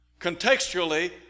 Contextually